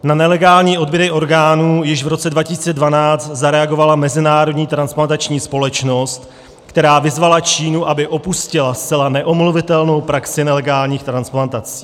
Na nelegální odběry orgánů již v roce 2012 zareagovala Mezinárodní transplantační společnost, která vyzvala Čínu, aby opustila zcela neomluvitelnou praxi nelegálních transplantací.